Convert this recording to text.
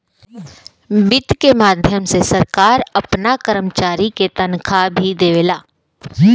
वित्त के माध्यम से सरकार आपना कर्मचारी के तनखाह भी देवेला